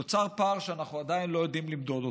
נוצר פער שאנחנו עדיין לא יודעים למדוד אותו.